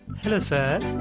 hello, sir.